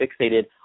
fixated